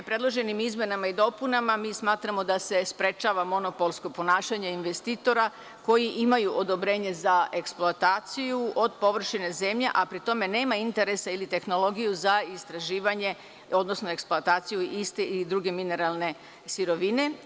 Predloženim izmenama i dopunama mi smatramo da se sprečava monopolsko ponašanje investitora koji imaju odobrenje za eksploataciju od površine zemlje, a pri tome nema interesa ili tehnologiju za istraživanje, odnosno eksploataciju iste ili druge mineralne sirovine.